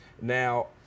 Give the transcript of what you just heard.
Now